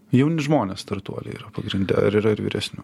jauni žmonės startuoliai yra pagrindine ar yra ir vyresnių